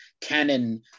canon